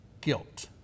guilt